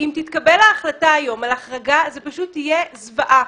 אם תתקבל ההחלטה היום על החרגה, זה יהיה זוועה.